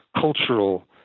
cultural